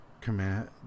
command